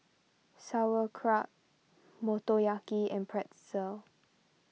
Sauerkraut Motoyaki and Pretzel